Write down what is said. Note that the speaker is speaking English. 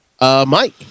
Mike